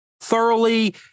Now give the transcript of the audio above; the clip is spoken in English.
thoroughly